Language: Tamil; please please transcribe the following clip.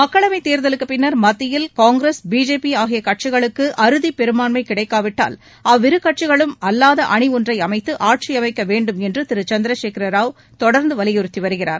மக்களவைத் தேர்தலுக்குப் பின்னர் மத்தியில் காங்கிரஸ் பிஜேபி ஆகிய கட்சிகளுக்கு அறுதி பெரும்பான்மை கிடைக்காவிட்டால் அவ்விரு கட்சிகளும் அல்லாத அணி ஒன்றை அமைத்து ஆட்சி அமைக்க வேண்டும் என்று திரு சந்திரசேகர ராவ் தொடர்ந்து வலியுறுத்தி வருகிறார்